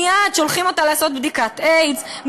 מייד שולחים אותה לעשות בדיקת איידס,